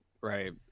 right